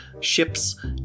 ships